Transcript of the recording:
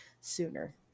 sooner